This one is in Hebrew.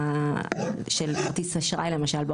של כרטיס האשראי למשל,